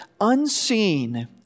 unseen